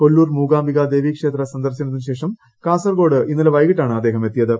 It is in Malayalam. കൊല്ലൂർ മൂകാംബികാ ദേവിക്ഷേത്ര സന്ദർശനത്തിന് ശേഷം കാസർകോട് ഇന്നലെ വൈകിട്ടാണ് അദ്ദേഹം എത്തിയത്